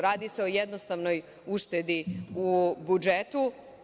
Radi se o jednostavnoj uštedi u budžetu.